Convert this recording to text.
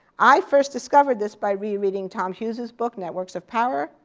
i first discovered this by rereading tom hughes's book, networks of power,